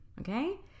okay